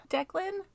Declan